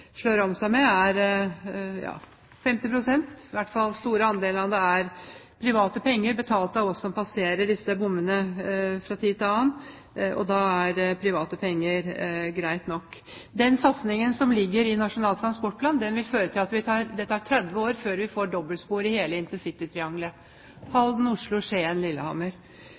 seg med, er 50 pst. – i hvert fall store andeler – private penger, betalt av oss som passerer disse bommene fra tid til annen. Da er private penger greit nok. Den satsingen som ligger i Nasjonal transportplan, vil føre til at det tar 30 år før vi får dobbeltspor i hele